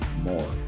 more